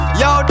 yo